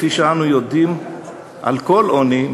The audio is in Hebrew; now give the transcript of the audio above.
כפי שאנחנו יודעים על כל עוני,